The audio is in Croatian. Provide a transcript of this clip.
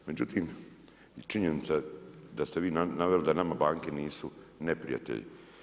Međutim, činjenica je da ste vi naveli da nama banke nisu neprijatelji.